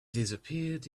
disappeared